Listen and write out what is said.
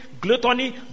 gluttony